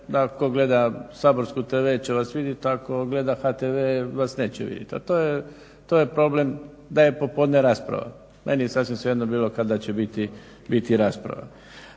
ako gleda saborsku tv će vas vidjeti, ako gleda HTV vas neće vidjeti. To je problem da je popodne rasprava. Meni je sasvim svejedno bilo kada će biti rasprava.